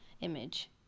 image